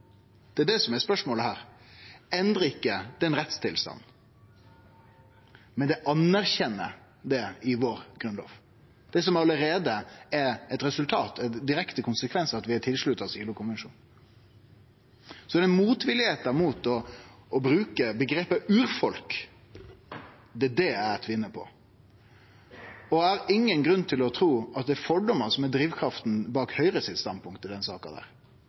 som er spørsmålet her, endrar ikkje rettstilstanden, men er ei anerkjenning i vår grunnlov av det som allereie er ein direkte konsekvens av at vi har slutta oss til ILO-konvensjonen. Så det er motviljen mot å bruke omgrepet «urfolk» eg spinn vidare på. Eg har ingen grunn til å tru at det er fordomar som er drivkrafta bak Høgres standpunkt i denne saka. Eg trur rett og slett det er tradisjonell, gamal ueinigheit som har vore mellom Høgre og SV, der